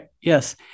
yes